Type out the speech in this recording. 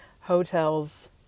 hotels